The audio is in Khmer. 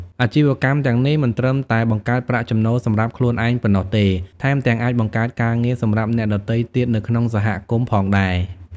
អាជីវកម្មទាំងនេះមិនត្រឹមតែបង្កើតប្រាក់ចំណូលសម្រាប់ខ្លួនឯងប៉ុណ្ណោះទេ ថែមទាំងអាចបង្កើតការងារសម្រាប់អ្នកដទៃទៀតនៅក្នុងសហគមន៍ផងដែរ។